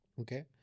okay